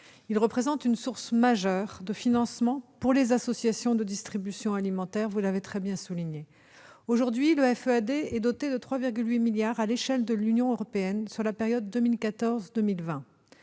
Il représente une source majeure de financement pour les associations de distribution alimentaire. Vous l'avez très bien souligné. Aujourd'hui, le FEAD est doté de 3,8 milliards d'euros à l'échelle de l'Union européenne sur la période 2014-2020.